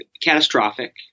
catastrophic